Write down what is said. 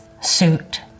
suit